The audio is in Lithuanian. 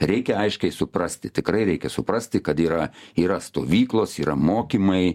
reikia aiškiai suprasti tikrai reikia suprasti kad yra yra stovyklos yra mokymai